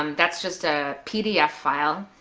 um that's just a pdf file,